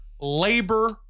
labor